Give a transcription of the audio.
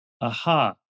aha